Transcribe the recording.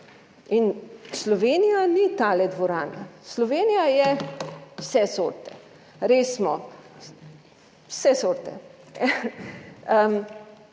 Slovenija ni ta dvorana, Slovenija je vse sorte. Res smo, vse sorte,